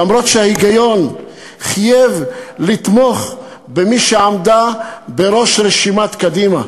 למרות שההיגיון חייב לתמוך במי שעמדה בראש רשימת קדימה,